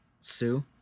Sue